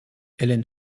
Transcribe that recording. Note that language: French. ellen